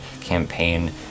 campaign